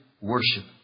worship